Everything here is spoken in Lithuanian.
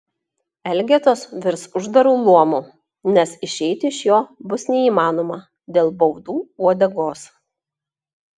elgetos virs uždaru luomu nes išeiti iš jo bus neįmanoma dėl baudų uodegos